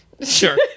sure